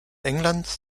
englands